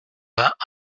vingt